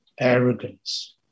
arrogance